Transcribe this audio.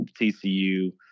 TCU